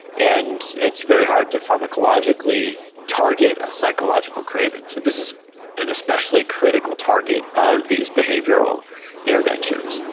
and it's very hard to pharmacologically target a psychological craving. so this is an especially critical target of these behavioural interventions.